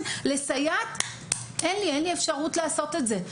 לסייעת אין לי אפשרות לעשות את זה.